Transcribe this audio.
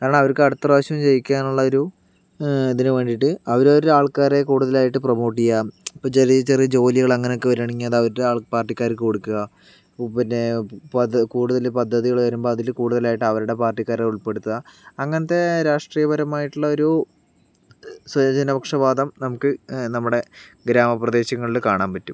കാരണം അവർക്ക് അടുത്ത പ്രാവശ്യം ജയിക്കാനുള്ള ഒരു ഇതിനു വേണ്ടിട്ട് അവര് അവരുടെ ആൾക്കാരെ കൂടുതലായിട്ട് പ്രൊമോട്ട് ചെയ്യാം ഇപ്പോൾ ചെറിയ ചെറിയ ജോലികൾ അങ്ങനെയൊക്കെ വരുവാണെങ്കിൽ അവരുടെ പാർട്ടിക്കാർക്ക് കൊടുക്കുക പിന്നെ കൂടുതൽ പദ്ധതികൾ വരുമ്പോ അതിൽ കൂടുതലായിട്ട് അവരുടെ പാർട്ടിക്കാരെ ഉൾപെടുത്തുക അങ്ങനത്തെ രാഷ്ട്രീയ പരമായിട്ടുള്ള ഒരു സ്വജനപക്ഷപാതം നമുക്ക് നമ്മുടെ ഗ്രാമപ്രദേശങ്ങളിൽ കാണാൻ പറ്റും